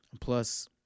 Plus